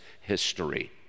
history